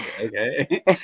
okay